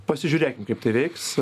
pasižiūrėkim kaip tai veiks